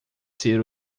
ser